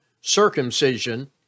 circumcision